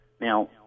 Now